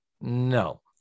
No